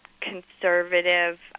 conservative